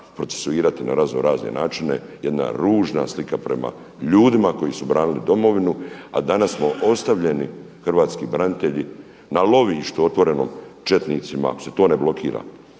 procesuirati na razno razne načine. Jedna ružna slika prema ljudima koji su branili Domovinu, a danas smo ostavljeni hrvatski branitelji na lovištu otvorenom četnicima. Ako se to ne blokira